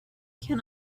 can